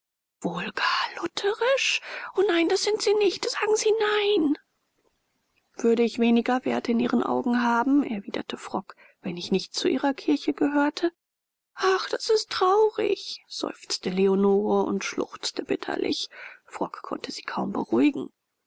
wohl gar lutherisch o nein das sind sie nicht sagen sie nein würde ich weniger wert in ihren augen haben erwiderte frock wenn ich nicht zu ihrer kirche gehörte ach das ist traurig seufzte leonore und schluchzte bitterlich frock konnte sie kaum beruhigen